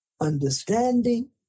understanding